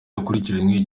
akurikiranyweho